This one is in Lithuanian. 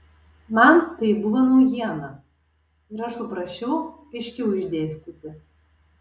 man tai buvo naujiena ir aš paprašiau aiškiau išdėstyti